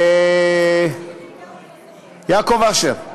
יעקב אשר.